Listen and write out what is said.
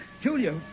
Julia